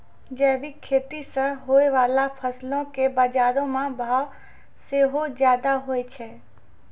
जैविक खेती से होय बाला फसलो के बजारो मे भाव सेहो ज्यादा होय छै